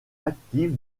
active